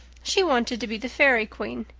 she wanted to be the fairy queen.